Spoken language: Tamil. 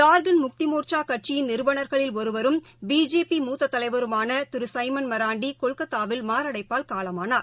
ஜார்க்கண்ட் முக்திமோர்சாகட்சியின் நிறுவன்களில் ஒருவரும் பிஜேபி மூத்ததலைவருமானதிருசைமன் மராண்டிகொல்கத்தாவில் மாரடைப்பால் காலமானார்